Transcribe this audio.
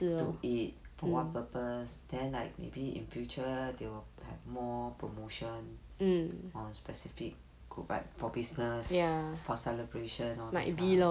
to eat for what purpose then like maybe in future they will have more promotion on specific group like for business for celebration all these lah